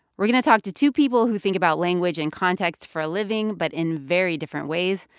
we're going to talk to two people who think about language and context for a living but in very different ways.